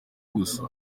gusa